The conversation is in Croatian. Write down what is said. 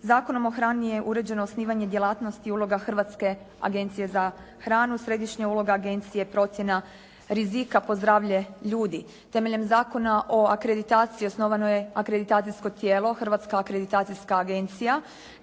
Zakonom o hrani je uređeno osnivanje djelatnosti i uloga Hrvatske agencije za hranu. Središnja uloga agencije je procjena rizika po zdravlje ljudi. Temeljem Zakona o akreditaciji osnovano je akreditacijsko tijelo, Hrvatska akreditacijska agencija